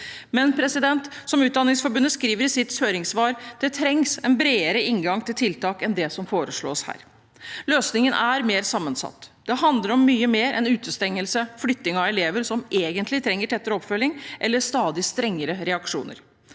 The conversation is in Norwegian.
Men som Utdanningsforbundet skriver i sitt høringssvar: Det trengs en bredere inngang til tiltak enn det som foreslås her. Løsningen er mer sammensatt. Det handler om mye mer enn utestengelse, flytting av elever som egentlig trenger tettere oppfølging, eller stadig strengere reaksjoner.